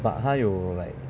but 他有 like